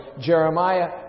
Jeremiah